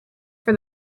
for